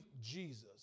Jesus